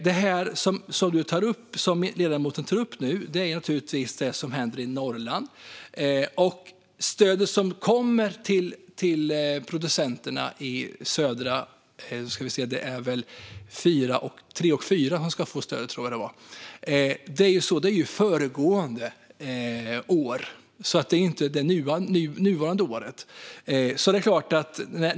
Det som ledamoten tar upp just nu handlar om Norrland. Det stöd som kommer till producenterna i elprisområde 3 och 4 bygger ju på föregående år. Det är alltså inte det innevarande året.